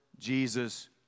Jesus